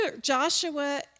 Joshua